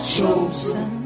chosen